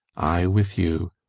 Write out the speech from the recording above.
i with you,